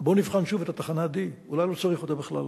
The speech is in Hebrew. בוא נבחן שוב את התחנה D, אולי לא צריך אותה בכלל.